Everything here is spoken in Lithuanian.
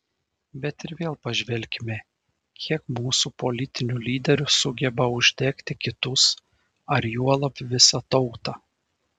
bet ir vėl pažvelkime kiek mūsų politinių lyderių sugeba uždegti kitus ar juolab visą tautą